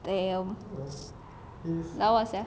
damn lawa sia